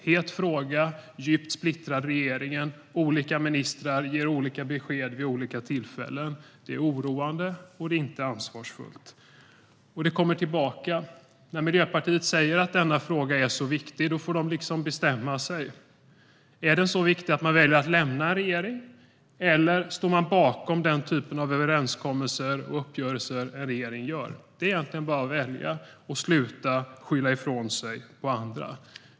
Det är en het fråga, och regeringen är djupt splittrad. Olika ministrar ger olika besked vid olika tillfällen. Det är oroande, och det är inte ansvarsfullt. Det kommer också tillbaka. När man inom Miljöpartiet säger att denna fråga är så viktig får man också bestämma sig - är den så viktig att man väljer att lämna regeringen, eller står man bakom den typen av överenskommelser och uppgörelser som en regering gör? Det är egentligen bara att välja och sluta skylla ifrån sig på andra.